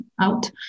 out